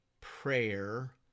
prayer